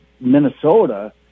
Minnesota